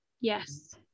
Yes